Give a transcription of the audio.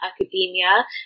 academia